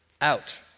out